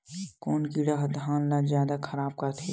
कोन कीड़ा ह धान ल जादा खराब करथे?